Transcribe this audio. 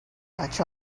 much